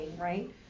right